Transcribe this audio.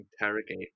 interrogate